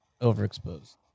overexposed